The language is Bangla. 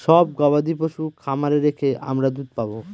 সব গবাদি পশু খামারে রেখে আমরা দুধ পাবো